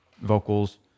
vocals